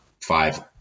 five